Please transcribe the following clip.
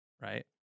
right